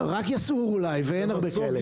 רק יסעור, אולי, ואין הרבה כאלה.